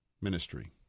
ministry